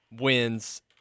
wins